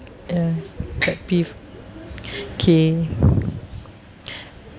uh okay